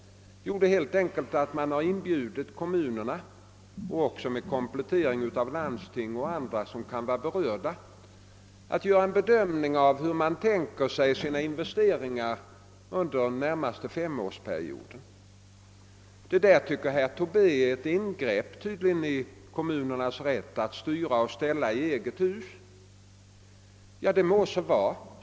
Jo, det innebär helt enkelt att vi inbjuder kommuner — tillsammans med landsting och andra som kan vara berörda — att göra en bedömning av investeringarna under den närmaste femårsperioden. Detta tycker herr Tobé tydligen är ett ingrepp i kommunernas rätt att styra och ställa i eget hus. Det må så vara.